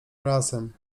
razem